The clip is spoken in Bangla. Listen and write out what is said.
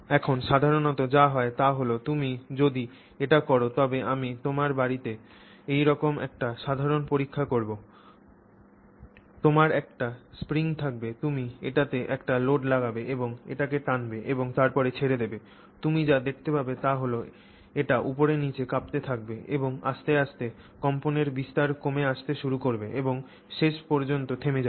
এখন সাধারণত যা হয় তা হল তুমি যদি এটি কর তবে আমি তোমার বাড়িতে এইরকম একটি সাধারণ পরীক্ষা করবো তোমার একটি স্প্রিং থাকবে তুমি এটিতে একটি লোড লাগাবে এবং এটিকে টানবে এবং তারপরে ছেড়ে দেবে তুমি যা দেখতে পাবে তা হল এটি উপরে নিচে কাঁপতে থাকবে এবং আস্তে আস্তে কম্পনের বিস্তার কমে আসতে শুরু করবে এবং শেষ পর্যন্ত থেমে যাবে